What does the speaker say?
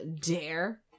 dare